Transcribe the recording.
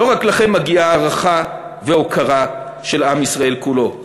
לא רק לכם מגיעה הערכה והוקרה של עם ישראל כולו.